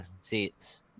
seats